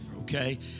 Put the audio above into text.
okay